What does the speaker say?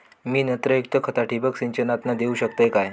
मी नत्रयुक्त खता ठिबक सिंचनातना देऊ शकतय काय?